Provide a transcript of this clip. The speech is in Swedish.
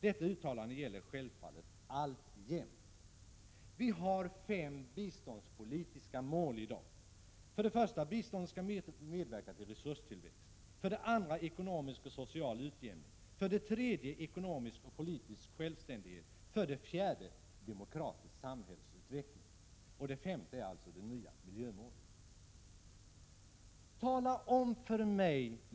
Detta uttalande gäller självfallet alltjämt.” Vi har fem biståndspolitiska mål i dag. Biståndet skall för det första medverka till resurstillväxt, för det andra till ekonomisk och social utjämning, för det tredje till ekonomisk och politisk självständighet och för det fjärde till demokratisk samhällsutveckling. Det femte målet är således det nya miljömålet.